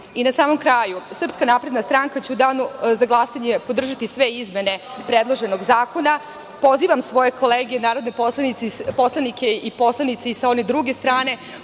samom kraju, SNS će u danu za glasanje podržati sve izmene predloženog zakona. Pozivam svoje kolege narodne poslanike i poslanice i sa one druge strane